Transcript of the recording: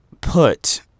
put